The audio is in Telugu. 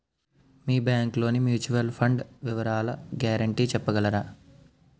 మీ బ్యాంక్ లోని మ్యూచువల్ ఫండ్ వివరాల గ్యారంటీ చెప్పగలరా?